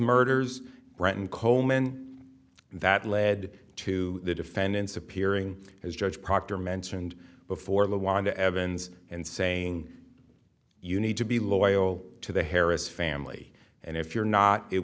murders right and coleman that led to the defendant's appearing as judge proctor mentioned before the wind the evans and saying you need to be loyal to the harris family and if you're not it